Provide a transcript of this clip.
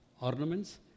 ornaments